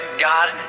God